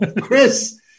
Chris